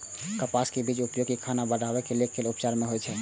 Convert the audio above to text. कपासक बीज के उपयोग खाना पकाबै आ घरेलू उपचार मे होइ छै